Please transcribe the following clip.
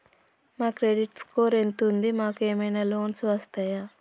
మా credit score ఎంత ఉంది? మాకు ఏమైనా లోన్స్ వస్తయా?